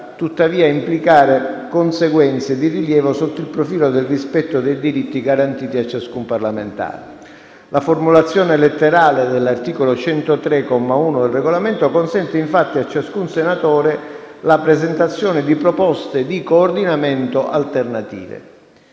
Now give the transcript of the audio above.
tuttavia, implicare conseguenze di rilievo sotto il profilo del rispetto dei diritti garantiti a ciascun parlamentare. La formulazione letterale dell'articolo 103, comma 1, del Regolamento, consente infatti a ciascun senatore la presentazione di proposte di coordinamento alternative.